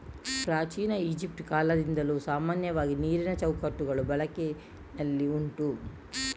ಪ್ರಾಚೀನ ಈಜಿಪ್ಟ್ ಕಾಲದಿಂದಲೂ ಸಾಮಾನ್ಯವಾಗಿ ನೀರಿನ ಚೌಕಟ್ಟುಗಳು ಬಳಕೆನಲ್ಲಿ ಉಂಟು